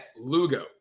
Lugo